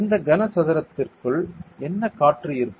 இந்த கனசதுரத்திற்குள் என்ன காற்று இருக்கும்